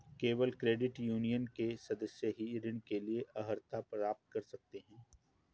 केवल credit union के सदस्य ही ऋण के लिए अर्हता प्राप्त कर सकते हैं